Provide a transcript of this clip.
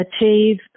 achieve